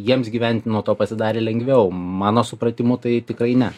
jiems gyventi nuo to pasidarė lengviau mano supratimu tai tikrai ne